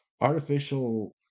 artificial